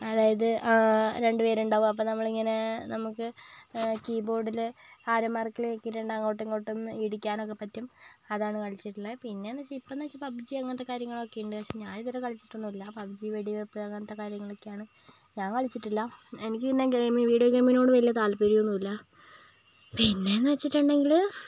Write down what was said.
അതായത് രണ്ടുപേർ ഉണ്ടാകും അപ്പോൾ നമ്മൾ ഇങ്ങനെ നമുക്ക് കീ ബോർഡിലെ ആരോ മാർക്കിൽ ഞെക്കിയിട്ട് അങ്ങോട്ടും ഇങ്ങോട്ടും ഇടിക്കാനൊക്കെ പറ്റും അതാണ് കളിച്ചിട്ടുള്ളത് പിന്നെയെന്ന് വെച്ചാൽ ഇപ്പോഴെന്ന് വെച്ചാൽ പബ് ജി അങ്ങനത്തെ കാര്യങ്ങളൊക്കെയുണ്ട് പക്ഷേ ഞാൻ ഇതുവരെ കളിച്ചിട്ടൊന്നുമില്ല പബ് ജി വെടിവെപ്പ് അങ്ങനത്തെ കാര്യങ്ങളൊക്കെയാണ് ഞാൻ കളിച്ചിട്ടില്ല എനിക്ക് പിന്നെ ഗെയിം വീഡിയോ ഗെയിമിനോട് വലിയ താത്പര്യം ഒന്നുമില്ല പിന്നെയെന്ന് വെച്ചിട്ടുണ്ടെങ്കിൽ